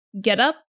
getup